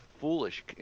foolish